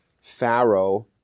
Pharaoh